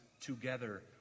together